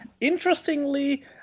Interestingly